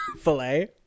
Filet